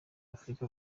afrika